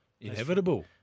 Inevitable